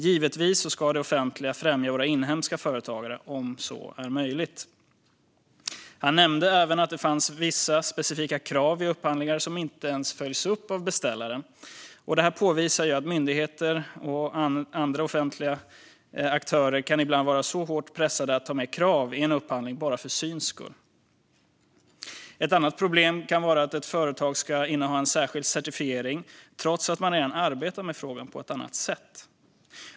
Givetvis ska det offentliga främja våra inhemska företagare om så är möjligt. Han nämnde även att det finns specifika krav vid upphandlingar som inte ens följs upp av beställaren. Detta visar att myndigheter och andra offentliga aktörer kan vara hårt pressade att ta med krav i en upphandling bara för syns skull. Ett annat problem kan vara att ett företag ska inneha en särskild certifiering trots att man redan arbetar med frågan på annat sätt.